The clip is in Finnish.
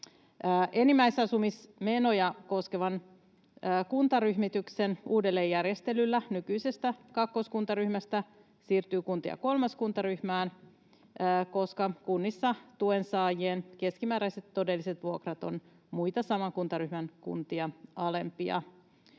Enimmäisasumismenoja koskevan kuntaryhmityksen uudelleenjärjestelyllä nykyisestä kakkoskuntaryhmästä siirtyy kuntia kolmoskuntaryhmään, koska kunnissa tuensaajien keskimääräiset todelliset vuokrat ovat muita saman kuntaryhmän kuntia alempia.